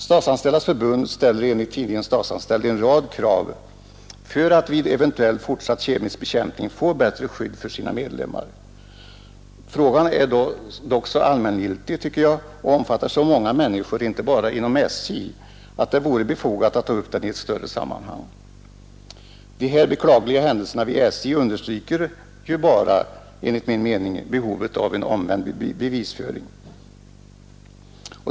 Statsanställdas förbund ställer enligt tidningen Statsanställd en rad krav för att vid en eventuell fortsatt kemisk bekämpning få bättre skydd för sina medlemmar. Frågan är dock så allmängiltig och omfattar så många människor, inte bara inom SJ, att det vore befogat att ta upp den i ett större sammanhang. De beklagliga händelserna vid SJ understryker som jag redan sagt behovet av en omvänd bevisföring.